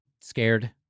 scared